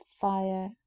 fire